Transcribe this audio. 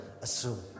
assume